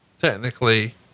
Technically